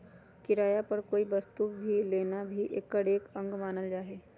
किराया पर कोई वस्तु के लेना भी एकर एक अंग मानल जाहई